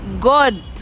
God